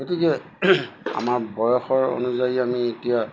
গতিকে আমাৰ বয়সৰ অনুযায়ী আমি এতিয়া